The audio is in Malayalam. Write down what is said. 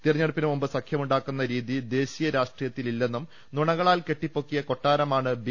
തെരഞ്ഞെടുപ്പിനു മുമ്പ് സഖ്യമുണ്ടാക്കുന്ന രീതി ദേശീയ രാഷ്ട്രീയത്തിലില്ലെന്നും നുണകളാൽ കെട്ടിപ്പൊക്കിയ കൊട്ടാരമാണ് ബി